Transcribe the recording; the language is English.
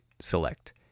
select